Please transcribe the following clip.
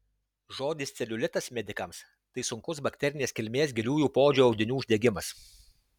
žodis celiulitas medikams tai sunkus bakterinės kilmės giliųjų poodžio audinių uždegimas